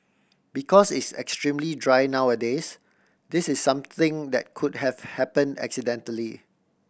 because it's extremely dry nowadays this is something that could have happen accidentally